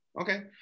Okay